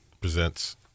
presents